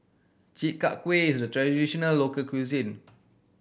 Chi Kak Kuih is a traditional local cuisine